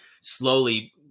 slowly